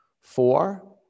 Four